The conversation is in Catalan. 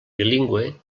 bilingüe